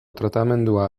tratamendua